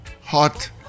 hot